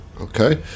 Okay